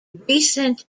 recent